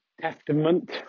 Testament